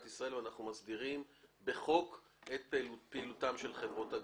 ישראל: אנחנו מסדירים בחוק את פעילותן של חברות הגבייה.